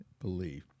believe